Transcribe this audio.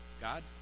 God